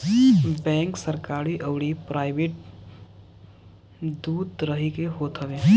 bank सरकरी अउरी private दू तरही के होत हवे